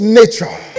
nature